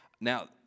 Now